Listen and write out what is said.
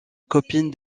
copine